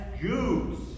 Jews